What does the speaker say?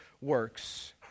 works